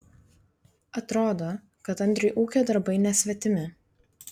atrodo kad andriui ūkio darbai nesvetimi